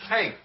Hey